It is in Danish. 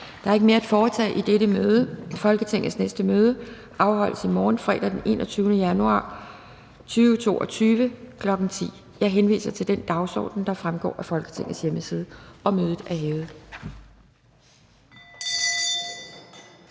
Der er ikke mere at foretage i dette møde. Folketingets næste møde afholdes i morgen, fredag den 21. januar 2022, kl. 10.00. Jeg henviser til den dagsorden, der fremgår af Folketingets hjemmeside. Mødet er hævet.